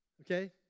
Okay